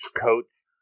coats